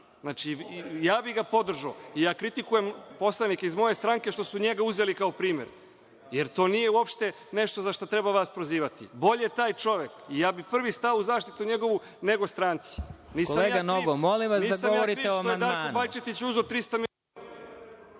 Znači, ja bih ga podržao. I ja kritikujem poslanike iz moje stranke što su njega uzeli kao primer, jer to nije uopšte nešto za šta treba vas prozivati. Bolje taj čovek, i ja bih prvi stao u zaštitu njegovu, nego stranci. Nisam ja kriv što